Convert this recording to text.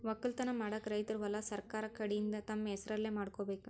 ವಕ್ಕಲತನ್ ಮಾಡಕ್ಕ್ ರೈತರ್ ಹೊಲಾ ಸರಕಾರ್ ಕಡೀನ್ದ್ ತಮ್ಮ್ ಹೆಸರಲೇ ಮಾಡ್ಕೋಬೇಕ್